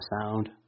sound